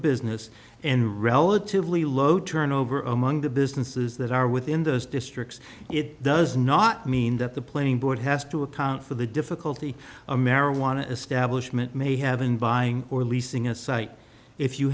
business and relatively low turnover among the businesses that are within those districts it does not mean that the playing board has to account for the difficulty a marijuana establishment may have in buying or leasing a site if you